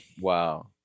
Wow